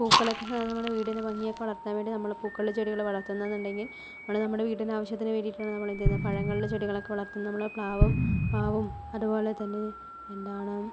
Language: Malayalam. പൂക്കളെയൊക്കെ നമ്മുടെ വീടിന് ഭംഗിയൊക്കെ വളർത്താൻ വേണ്ടി നമ്മള് പൂക്കളുടെ ചെടികള് വളർത്തുന്നുവെന്നുണ്ടെങ്കിൽ നമ്മള് നമ്മുടെ വീട്ടിൻ്റെ ആവശ്യത്തിനു വേണ്ടിട്ടാണ് നമ്മള് എന്ത് ചെയ്യുന്നത് പഴങ്ങളുടെ ചെടികളൊക്കെ വളർത്തുന്നത് നമ്മള് പ്ലാവും മാവും അതുപോലെ തന്നെ എന്താണ്